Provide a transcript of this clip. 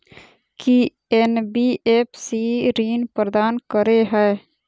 की NBFC ऋण प्रदान करे है?